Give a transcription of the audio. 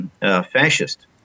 fascist